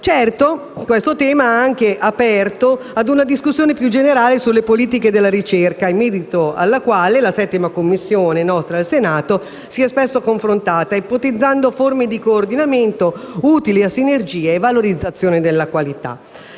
Certo, questo tema ha anche aperto una discussione più generale sulle politiche della ricerca, in merito alla quale la 7a Commissione del Senato si è spesso confrontata, ipotizzando forme di coordinamento utili a sinergie e valorizzazione della qualità.